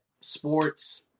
sports